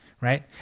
Right